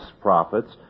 profits